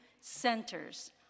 centers